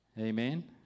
Amen